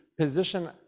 position